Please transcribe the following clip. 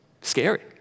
scary